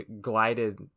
glided